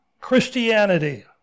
Christianity